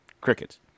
crickets